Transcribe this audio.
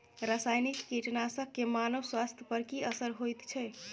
रसायनिक कीटनासक के मानव स्वास्थ्य पर की असर होयत छै?